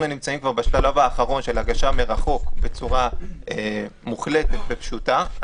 אנחנו נמצאים כבר בשלב האחרון של הגשה מרחוק בצורה מוחלטת ופשוטה.